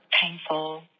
painful